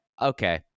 Okay